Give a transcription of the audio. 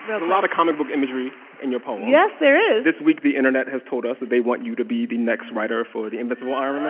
a lot of comic book imagery in your poem yes, there is this week, the internet has told us that they want you to be the next writer for the invincible iron